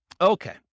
Okay